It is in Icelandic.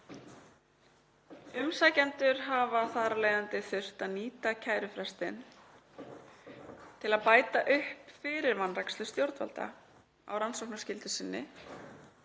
Umsækjendur hafa þar af leiðandi „þurft að nýta kærufrestinn til þess að bæta upp fyrir vanrækslu stjórnvalda á rannsóknarskyldu sinni